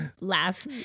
laugh